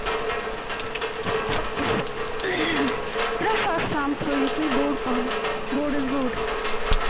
ترٛےٚ ساس تام تھٲیِو تُہۍ بوٚڈ پَہمَتھ بوٚڈ حظ بوٚڈ